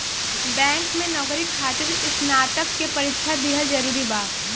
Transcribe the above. Bank में नौकरी खातिर स्नातक के परीक्षा दिहल जरूरी बा?